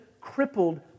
crippled